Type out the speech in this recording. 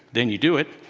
then you do it,